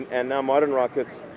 and now modern rockets,